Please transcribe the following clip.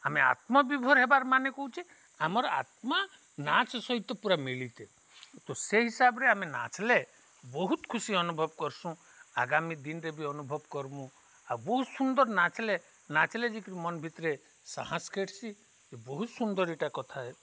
ଆମେ ଆତ୍ମବିଭୋର ହେବାର ମାନେ କହୁଚେ ଆମର୍ ଆତ୍ମା ନାଚ୍ ସହିତ ପୁରା ମଳିିତେ ତ ସେ ହିସାବରେ ଆମେ ନାଚଲେ ବହୁତ ଖୁସି ଅନୁଭବ କର୍ସୁଁ ଆଗାମୀ ଦିନରେେ ବି ଅନୁଭବ କର୍ମୁ ଆଉ ବହୁତ ସୁନ୍ଦର ନାଚ୍ଲେ ନାଚ୍ଲେ ଯେକିରି ମନ ଭିତରେ ସାହସ ଖେଟ୍ସି ଏ ବହୁତ ସୁନ୍ଦର ଏଇଟା କଥା ହେ